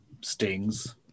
stings